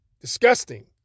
Disgusting